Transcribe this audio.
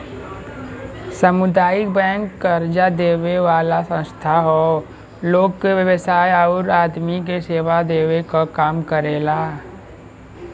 सामुदायिक बैंक कर्जा देवे वाला संस्था हौ लोग के व्यवसाय आउर आदमी के सेवा देवे क काम करेला